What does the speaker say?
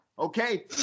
Okay